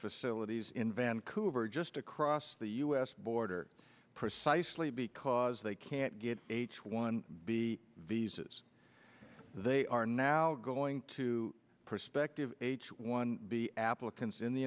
facilities in vancouver just across the u s border precisely because they can't get h one b visas they are now going to prospective h one b applicants in the